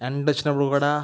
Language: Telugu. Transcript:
ఎండ వచ్చినప్పుడు కూడా